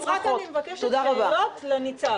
הכול טוב, רק אני מבקשת שאלות לניצב.